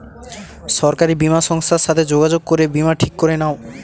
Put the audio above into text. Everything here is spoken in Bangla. সরকারি বীমা সংস্থার সাথে যোগাযোগ করে বীমা ঠিক করে নাও